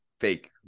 fake